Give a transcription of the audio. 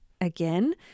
Again